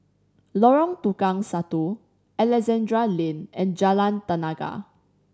Lorong Tukang Satu Alexandra Lane and Jalan Tenaga